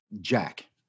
Jack